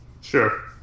Sure